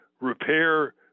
repair